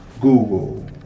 Google